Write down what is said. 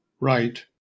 Right